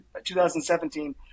2017